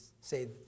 say